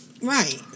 Right